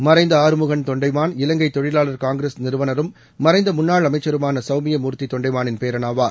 மறைந்த ஆறுமுகன் தொண்டமான் இலங்கை தொழிலாளர் காங்கிரஸ் நிறுவனரும் மறைந்த முன்னாள் அமைச்சருமான சௌமிய மூர்த்தி தொண்டமானின் பேரன் ஆவார்